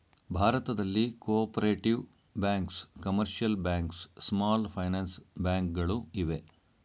ಭಾರತದಲ್ಲಿ cooperative banks, commercial banks, small finance bank ಗಳು ಇವೆ